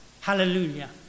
hallelujah